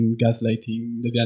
gaslighting